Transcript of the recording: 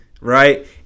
Right